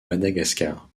madagascar